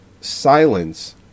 Silence